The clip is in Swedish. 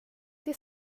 det